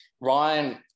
Ryan